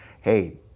hey